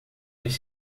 dos